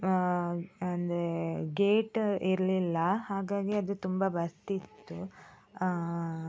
ಅಂದರೆ ಗೇಟ್ ಇರಲಿಲ್ಲ ಹಾಗಾಗಿ ಅದು ತುಂಬ ಬರ್ತಿತ್ತು